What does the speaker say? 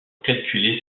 calculer